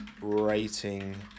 rating